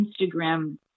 Instagram